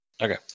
Okay